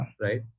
Right